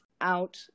out